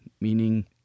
meaning